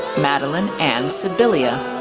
madeleine anne sibilia,